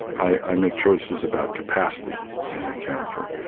i make choices about capacity in a character.